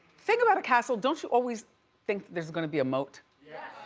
think about a castle, don't you always think there's gonna be a moat?